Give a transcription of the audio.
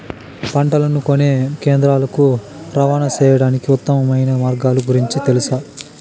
పంటలని కొనే కేంద్రాలు కు రవాణా సేయడానికి ఉత్తమమైన మార్గాల గురించి తెలుసా?